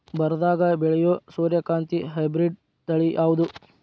ಬರದಾಗ ಬೆಳೆಯೋ ಸೂರ್ಯಕಾಂತಿ ಹೈಬ್ರಿಡ್ ತಳಿ ಯಾವುದು?